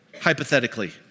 hypothetically